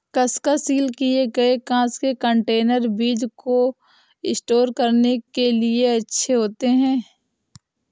कसकर सील किए गए कांच के कंटेनर बीज को स्टोर करने के लिए अच्छे होते हैं